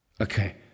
Okay